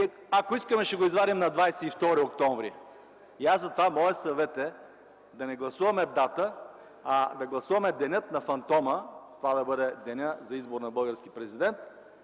Ако искаме, ще го извадим на 22 октомври”. Затова моят съвет е да не гласуваме дата, а да гласуваме Деня на фантома – това да бъде денят за избор на български президент,